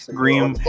green